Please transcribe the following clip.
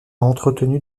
entretenu